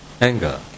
anger